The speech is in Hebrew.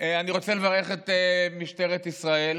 אני רוצה לברך את משטרת ישראל